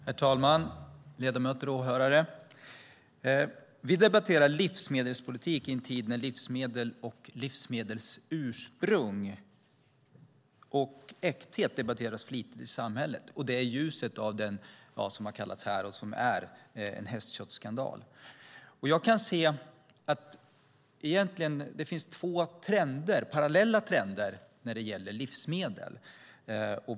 Herr talman, ledamöter och åhörare! Vi debatterar livsmedelspolitik i en tid när livsmedels ursprung och äkthet debatteras flitigt i samhället och i ljuset av hästköttsskandalen. Det finns två parallella trender när det gäller livsmedel.